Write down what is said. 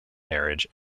marriage